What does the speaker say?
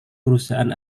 perusahaan